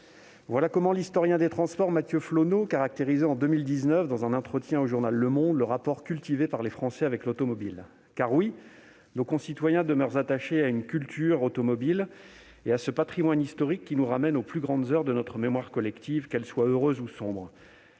Voilà comment l'historien des transports Mathieu Flonneau caractérisait, dans un entretien donné en 2019 au journal, le rapport des Français à l'automobile. Oui, nos concitoyens demeurent attachés à la culture automobile et à ce patrimoine historique qui nous ramène aux plus grandes heures de notre mémoire collective, qu'elles soient heureuses ou sombres.